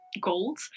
gold